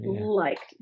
liked